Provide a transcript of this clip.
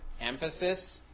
Emphasis